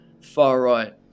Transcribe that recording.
far-right